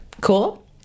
Cool